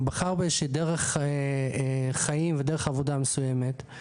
בחר באיזושהי דרך חיים ודרך עבודה מסוימת,